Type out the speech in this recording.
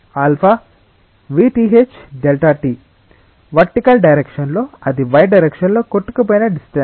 αvthΔt vertical direction లో అది y direction లో కొట్టుకుపోయిన డిస్టెన్స్